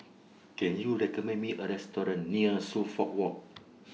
Can YOU recommend Me A Restaurant near Suffolk Walk